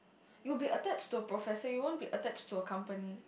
you will be attached to professor you won't be attached to a company